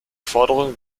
forderungen